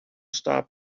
stop